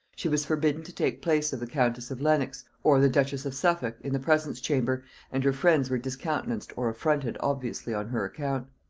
she was forbidden to take place of the countess of lenox, or the duchess of suffolk, in the presence-chamber, and her friends were discountenanced or affronted obviously on her account.